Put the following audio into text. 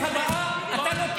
אני אהיה בכנסת הבאה, אתה לא תהיה.